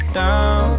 down